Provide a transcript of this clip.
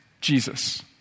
Jesus